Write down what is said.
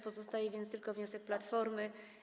Pozostaje więc tylko wniosek Platformy.